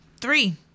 Three